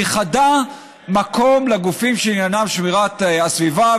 ייחדה מקום לגופים שעניינם שמירת הסביבה.